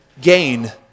gain